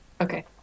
Okay